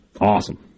awesome